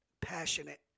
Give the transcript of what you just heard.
passionate